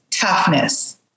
toughness